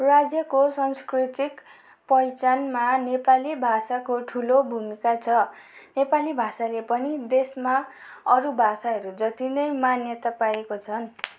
राज्यको संस्कृतिक पहिचानमा नेपाली भाषाको ठुलो भूमिका छ नेपाली भाषाले पनि देशमा अरू भाषाहरू जति नै मान्यता पाएको छन्